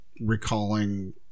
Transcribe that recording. recalling